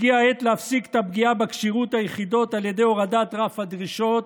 הגיעה העת להפסיק את הפגיעה בכשירות היחידות על ידי הורדת רף הדרישות.